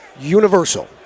universal